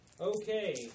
Okay